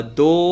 Two